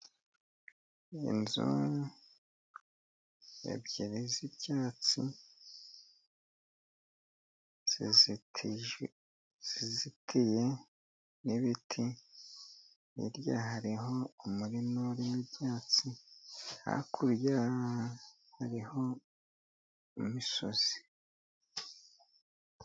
Inzu ebyiri z'ibyatsi zizitije zizitiye n'ibiti hirya hariho umurima urimo ibyatsi hakurya hariho imisozi.